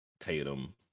Tatum